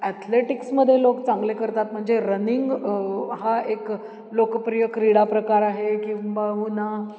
ॲथलेटिक्समध्ये लोक चांगले करतात म्हणजे रनिंग हा एक लोकप्रिय क्रीडा प्रकार आहे किंबहुना